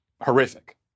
horrific